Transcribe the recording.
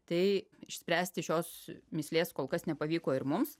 tai išspręsti šios mįslės kol kas nepavyko ir mums